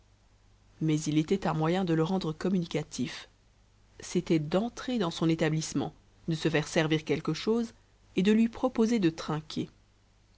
mais il était un moyen de le rendre communicatif c'était d'entrer dans son établissement de se faire servir quelque chose et de lui proposer de trinquer